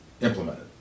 implemented